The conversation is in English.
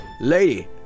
Lady